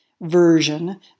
version